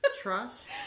trust